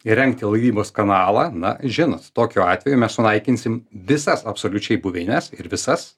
įrengti laivybos kanalą na žinot tokiu atveju mes sunaikinsim visas absoliučiai buveines ir visas